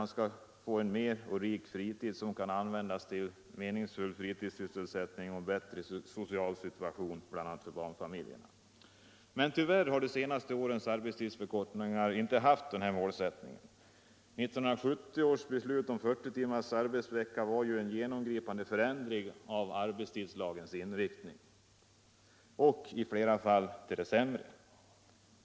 Man skall få en längre och rikare fritid som kan användas till meningsfull fritidssysselsättning och en bättre social situation för bl.a. barnfamiljerna. Tyvärr har de senaste årens arbetstidsförkortningar inte haft denna målsättning. 1970 års beslut om 40 timmars arbetsvecka var ju en genomgripande förändring av arbetstidslagens inriktning — och i flera fall till det sämre.